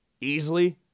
easily